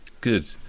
Good